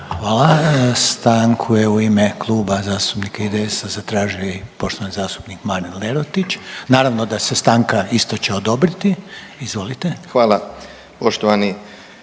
Hvala. Stanku je i ime kluba IDS-a zatražio i poštovani zastupnik Marin Lerotić, naravno da se stanka isto će odobriti. Izvolite. **Lerotić,